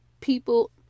people